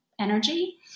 energy